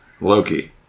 Loki